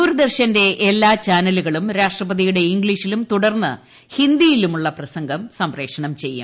ദൂരദർശന്റെ എല്ലാ ചാനലുകളും രാഷ്ട്രപതിയുടെ ഇംഗ്ലീഷിലും തുടർന്ന് ഹിന്ദിയിലുമുള്ള പ്രസംഗം സംപ്രേഷണം ചെയ്യും